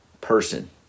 person